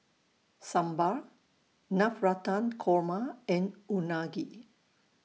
Sambar Navratan Korma and Unagi